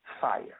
fire